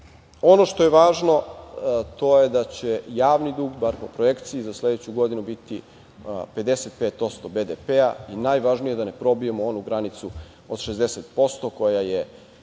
ono što je važno, to je da će javni dug, bar po projekciji, za sledeću godinu biti 55% BDP-a i najvažnije da ne probijemo onu granicu od 60% koja je